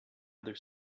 other